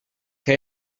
que